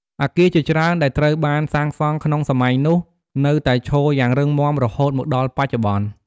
អគារជាច្រើនដែលត្រូវបានសាងសង់ក្នុងសម័យនោះនៅតែឈរយ៉ាងរឹងមាំរហូតមកដល់បច្ចុប្បន្ន។